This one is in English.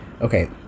Okay